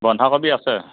বন্ধাকবি আছে